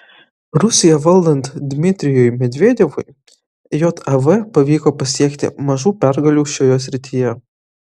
rusiją valdant dmitrijui medvedevui jav pavyko pasiekti mažų pergalių šioje srityje